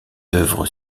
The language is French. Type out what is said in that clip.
œuvres